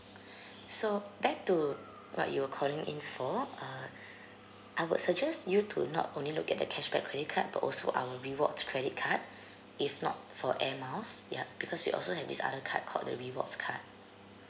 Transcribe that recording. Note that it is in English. so back to what you were calling in for uh I would suggest you to not only look at the cashback credit card but also our rewards credit card if not for air miles ya because we also have this other card called the rewards card